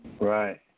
Right